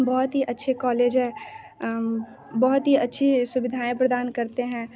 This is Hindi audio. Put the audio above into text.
बहुत ही अच्छे कॉलेज है बहुत ही अच्छी सुविधायें प्रदान करते हैं